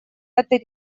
этой